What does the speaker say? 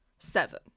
Seven